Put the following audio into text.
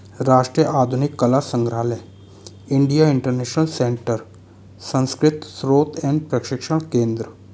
राष्ट्रीय आधुनिक कला संग्राहलय इंडिया इंटरनेशनल सेंटर संस्कृत स्रोत एंड प्रशिक्षण केंद्र